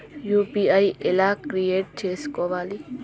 UPI ఎట్లా create చేసుకోవాలి?